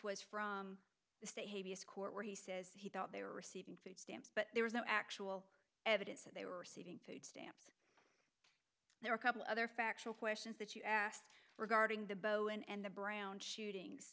was from the state court where he says he thought they were receiving food stamps but there was no actual evidence that they were receiving there are a couple of other factual questions that you asked regarding the bowen and the brown shootings